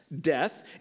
death